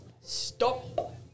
Stop